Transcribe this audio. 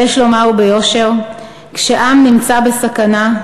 ויש לומר ביושר: כשעם נמצא בסכנה,